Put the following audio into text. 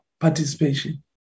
participation